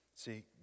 See